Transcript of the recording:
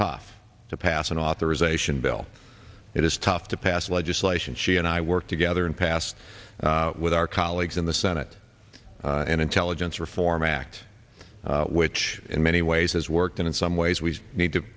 tough to pass an authorization bill it is tough to pass legislation she and i work together and pass with our colleagues in the senate and intelligence reform act which in many ways has worked in some ways we need to